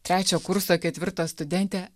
trečio kurso ketvirto studentę